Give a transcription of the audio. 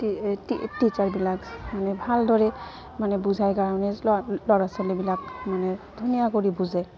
টিচাৰবিলাক মানে ভালদৰে মানে বুজায় কাৰণে ল'ৰা ল'ৰা ছোৱালীবিলাক মানে ধুনীয়া কৰি বুজে